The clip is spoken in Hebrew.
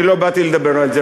אני לא באתי לדבר על זה,